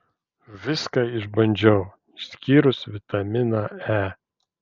viską išbandžiau išskyrus vitaminą e